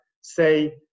say